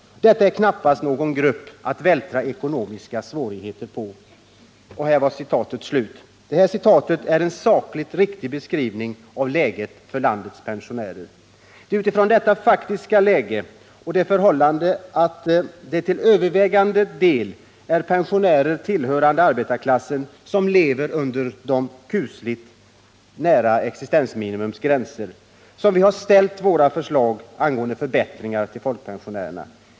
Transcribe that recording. Knappt någon grupp att vältra ekonomiska svårigheter på.” Detta citat är en sakligt riktig beskrivning av läget för landets pensionärer. Det är utifrån detta faktiska läge och det förhållandet att det till övervägande del är pensionärer tillhörande arbetarklassen som lever ”kusligt nära existensminimum” som vi ställt våra förslag till förbättringar för folkpensionärerna.